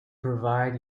provide